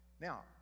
now